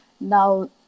now